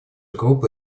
группа